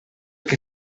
que